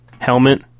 helmet